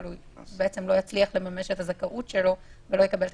אבל לא יצליח לממש את זכאותו ולא יקבל את